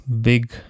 big